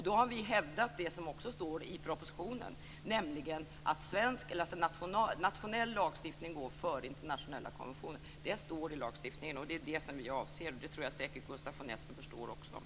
Då har vi hävdat, som det också står i propositionen, att nationell lagstiftning går före internationella konventioner. Det står i lagstiftningen. Det är det jag avser. Det förstår säkert också Gustaf von Essen.